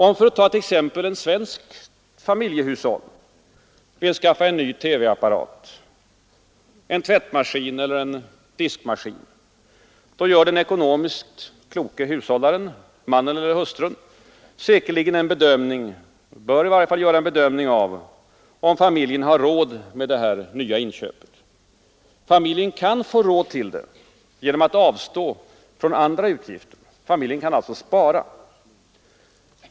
Om, för att ta ett exempel, ett svenskt familjehushåll vill skaffa en ny TV-apparat, en tvättmaskin eller en diskmaskin gör den ekonomiskt kloke hushållaren — mannen eller hustrun — säkerligen en bedömning av om familjen har råd att göra det nya inköpet. I varje fall bör man ju göra på det sättet. Familjen kan få råd till det genom att avstå från andra utgifter. Familjen kan alltså spara.